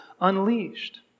unleashed